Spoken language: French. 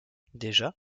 déjà